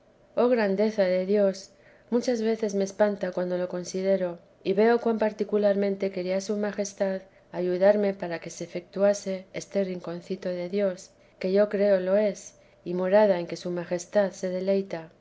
oh grandeza de dios muchas veces me espanta cuando lo considero y veo cuan particularmente quería su majestad ayudarme para que se efetuase este rinconcito de dios que yo creo lo es y morada en que su majestad se deleita